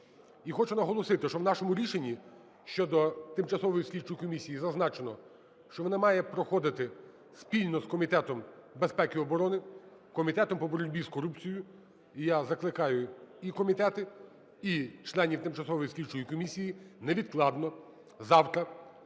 І хочу наголосити, що в нашому рішенні щодо тимчасової слідчої комісії зазначено, що вона має проходити спільно з Комітетом безпеки і оборони, Комітетом по боротьбі з корупцією. І я закликаю і комітети, і членів тимчасової слідчої комісії невідкладно завтра